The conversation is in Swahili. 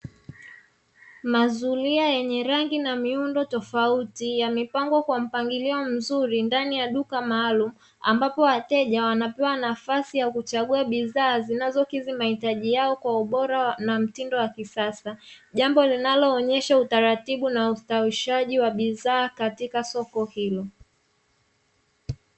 Mazulia yenye rangi na miundo tofauti yamepangwa kwa mpangilio mzuri ndani ya duka maalumu, ambapo wateja wanapewa nafasi ya kuchagua bidhaa zinazokizi mahitaji yao kwa ubora na mtindo wa kisasa. Jambo linaloonyesha utaratibu na ustawishaji wa bidhaa katika soko hilo.